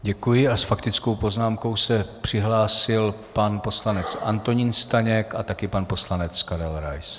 Děkuji a s faktickou poznámkou se přihlásil pan poslanec Antonín Staněk a taky pan poslanec Karel Rais.